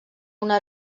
una